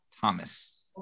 Thomas